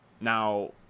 Now